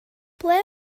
ble